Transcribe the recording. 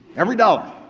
every dollar.